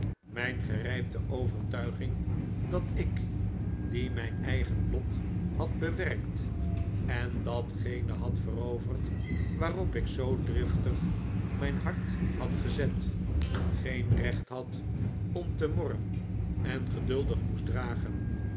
mijn gerijpte overtuiging dat ik die mijn eigen lot had bewerkt en datgene had ver overd waarop ik zoo driftig mijn hart had gezet geen recht had om te morren en geduldig moest dragen